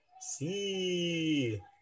See